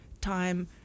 time